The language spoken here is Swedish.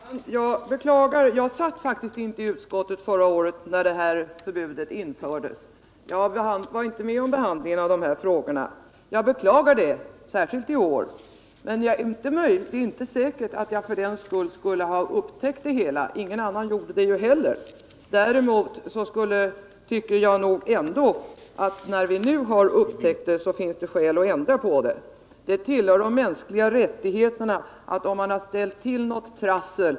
Herr talman! Jag beklagar, men jag satt faktiskt inte i utskottet när förbudet infördes och jag var alltså inte med om behandlingen av de här frågorna. Jag beklagar det, särskilt i år. Men även om jag hade varit med om behandlingen är det inte säkert att jag skulle ha upptäckt det hela ingen annan gjorde det ju heller. Jag tycker emellertid att när vi nu har upptäckt det, så finns det skäl att ändra på det. Det tillhör de mänskliga rättigheterna att få ändra sig om man har ställt till något trassel.